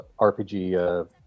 rpg